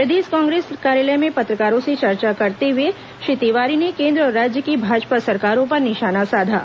प्रदेश कांग्रेस कार्यालय में पत्रकारों से चर्चा करते हुए श्री तिवारी ने केन्द्र और राज्य की भाजपा सरकारों पर निशाना साधा